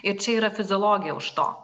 ir čia yra fiziologija už to